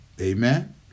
Amen